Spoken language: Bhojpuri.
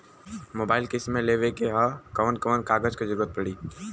मोबाइल किस्त मे लेवे के ह कवन कवन कागज क जरुरत पड़ी?